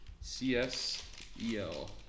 C-S-E-L